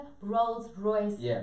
Rolls-Royce